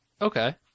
Okay